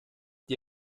die